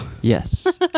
Yes